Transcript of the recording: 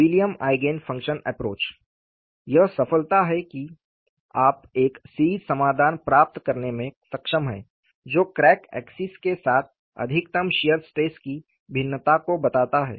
William eigen function approach यहां सफलता यह है कि आप एक सीरीज समाधान प्राप्त करने में सक्षम हैं जो क्रैक एक्सिस के साथ अधिकतम शियर स्ट्रेस की भिन्नता को बताता है